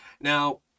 Now